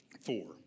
four